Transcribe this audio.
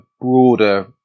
broader